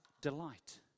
delight